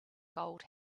gold